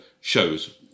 shows